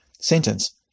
sentence